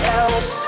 else